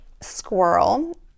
squirrel